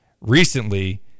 recently